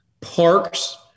parks